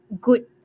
good